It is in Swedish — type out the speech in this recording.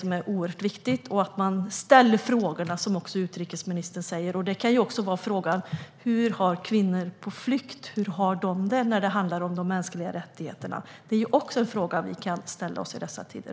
Det är alltså oerhört viktigt också att ställa frågorna, som utrikesministern säger. Det kan även vara frågan hur kvinnor på flykt har det när det handlar om mänskliga rättigheter. Detta är också en fråga vi kan ställa oss i dessa tider.